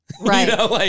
Right